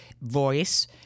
voice